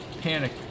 Panic